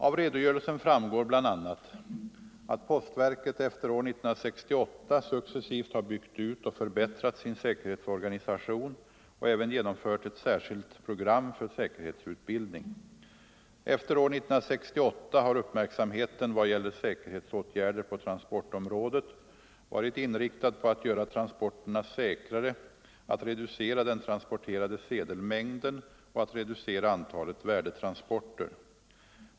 Av redogörelsen framgår bl.a. att postverket efter år 1968 successivt har byggt ut och förbättrat sin säkerhetsorganisation och även genomfört ett särskilt program för säkerhetsutbildning. Efter år 1968 har uppmärksamheten i fråga om säkerhetsåtgärder på transportområdet varit inriktad på att göra transporterna säkrare, att reducera den transporterade sedelmängden och att reducera antalet värdetransporter.